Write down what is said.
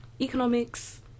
Economics